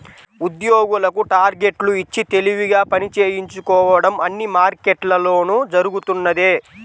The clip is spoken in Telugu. ఉద్యోగులకు టార్గెట్లు ఇచ్చి తెలివిగా పని చేయించుకోవడం అన్ని మార్కెట్లలోనూ జరుగుతున్నదే